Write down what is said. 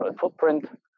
footprint